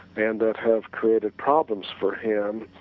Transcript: and have created problems for him,